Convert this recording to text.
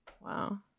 Wow